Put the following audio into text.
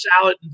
salad